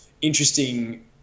interesting